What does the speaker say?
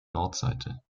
nordseite